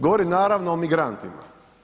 Govorim naravno o migrantima.